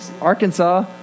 Arkansas